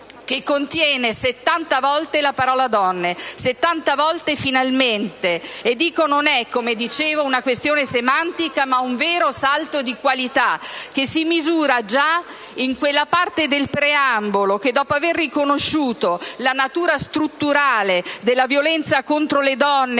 contiene settanta volte la parola donne e 70 volte la parola finalmente. Come ho già evidenziato, non è una questione semantica, ma un vero salto di qualità, che si misura già in quella parte del preambolo che, dopo aver riconosciuto la natura strutturale della violenza contro le donne